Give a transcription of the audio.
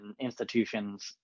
institutions